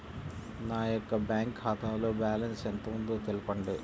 నా యొక్క బ్యాంక్ ఖాతాలో బ్యాలెన్స్ ఎంత ఉందో తెలపండి?